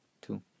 two